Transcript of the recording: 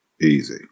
Easy